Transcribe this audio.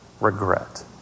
regret